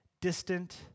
distant